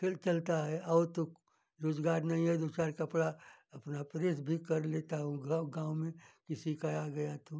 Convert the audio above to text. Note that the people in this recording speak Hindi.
फिर चलता है और तो रोजगार नहीं है दो चार कपड़ा अपना प्रेस भी कर लेता हूँ ग गाँव में किसी का आ गया तो